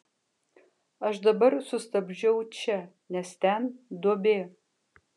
aš dabar sustabdžiau čia nes ten duobė